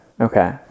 Okay